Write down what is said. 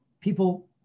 People